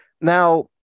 Now